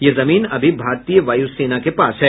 यह जमीन अभी भारतीय वायु सेना के पास है